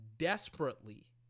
desperately